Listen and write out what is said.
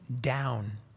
down